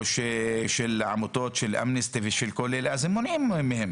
או מישהו מעמותות כמו אמנסטי מונעים מהם